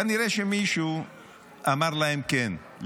כנראה שמישהו אמר להם כן,